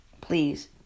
please